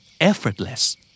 effortless